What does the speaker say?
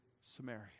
Samaria